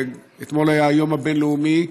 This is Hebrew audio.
ואתמול היה היום הבין-לאומי.